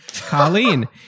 Colleen